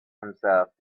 himself